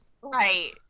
Right